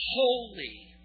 holy